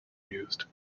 used